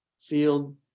field